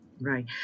Right